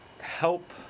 help